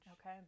Okay